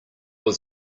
was